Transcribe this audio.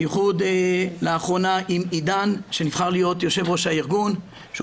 בייחוד לאחרונה עם עידן שנבחר להיות יו"ר הארגון שהוא